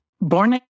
born